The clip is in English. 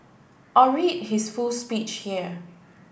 or read his full speech here